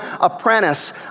apprentice